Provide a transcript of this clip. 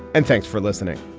and thanks for listening